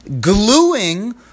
gluing